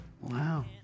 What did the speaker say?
Wow